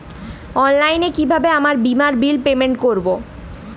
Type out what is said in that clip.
অনলাইনে কিভাবে আমার বীমার বিল পেমেন্ট করবো?